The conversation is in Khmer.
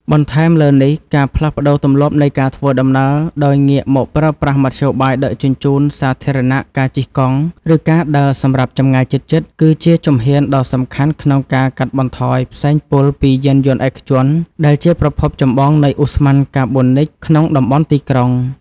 បន្ថែមលើនេះ ការផ្លាស់ប្តូរទម្លាប់នៃការធ្វើដំណើរដោយងាកមកប្រើប្រាស់មធ្យោបាយដឹកជញ្ជូនសាធារណៈ ការជិះកង់ ឬការដើរសម្រាប់ចម្ងាយជិតៗ គឺជាជំហានដ៏សំខាន់ក្នុងការកាត់បន្ថយផ្សែងពុលពីយានយន្តឯកជន ដែលជាប្រភពចម្បងនៃឧស្ម័នកាបូនិកក្នុងតំបន់ទីក្រុង។